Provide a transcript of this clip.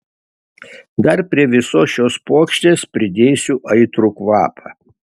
dar prie visos šios puokštės pridėsiu aitrų kvapą